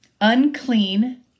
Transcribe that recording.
unclean